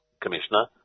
Commissioner